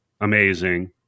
Amazing